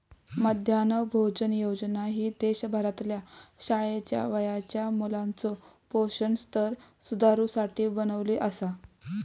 मध्यान्ह भोजन योजना ही देशभरातल्या शाळेच्या वयाच्या मुलाचो पोषण स्तर सुधारुसाठी बनवली आसा